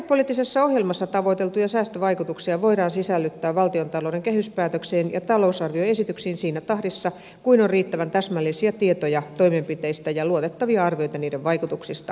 rakennepoliittisessa ohjelmassa tavoiteltuja säästövaikutuksia voidaan sisällyttää valtionta louden kehyspäätökseen ja talousarvioesityksiin siinä tahdissa kuin on riittävän täsmällisiä tietoja toimenpiteistä ja luotettavia arvioita niiden vaikutuksista